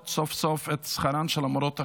סוף-סוף את שכרן של המורות החרדיות,